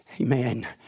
Amen